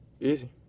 Easy